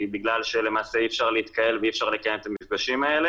בגלל שלמעשה אי אפשר להתקהל ואי אפשר לקיים את המפגשים האלה.